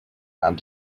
and